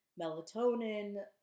melatonin